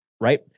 right